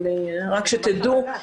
אבל רק שתדעו.